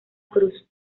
cruz